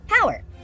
power